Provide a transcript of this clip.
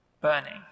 burning